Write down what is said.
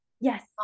yes